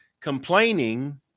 complaining